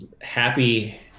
happy